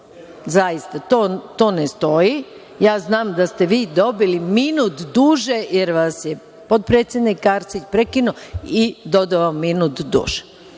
zaista to ne stoji. Znam da ste dobili minut duže jer vas je potpredsednik Arsić prekinuo i dodao minut duže,